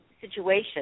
situation